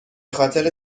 خاطر